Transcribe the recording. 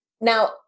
Now